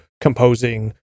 composing